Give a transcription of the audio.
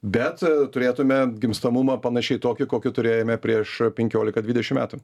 bet turėtume gimstamumą panašiai tokį kokį turėjome prieš penkiolika dvidešim metų